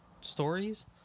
stories